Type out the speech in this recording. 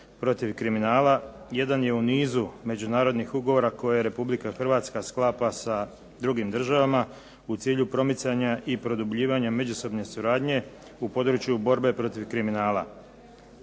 protiv kriminala jedan je u nizu međunarodnih ugovora koje Republika Hrvatska sklapa sa drugim državama u cilju promicanja i produbljivanja međusobne suradnje u području borbe protiv kriminala.